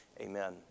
Amen